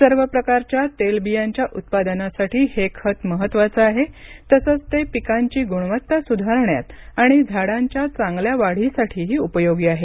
सर्व प्रकारच्या तेलबियांच्या उत्पादनासाठी हे खत महत्त्वाचं आहे तसंच ते पिकांची गुणवत्ता सुधारण्यात आणि झाडांच्या चांगल्या वाढीसाठीही उपयोगी आहे